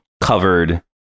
covered